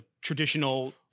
traditional